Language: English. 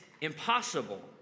impossible